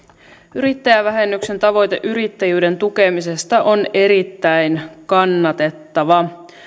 yrittäjävähennyksen tavoite yrittäjyyden tukemisesta on erittäin kannatettava